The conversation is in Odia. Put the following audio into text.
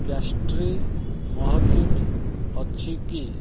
ପେଷ୍ଟ୍ରି ମହଜୁଦ ଅଛି କି